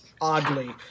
oddly